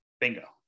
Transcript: Bingo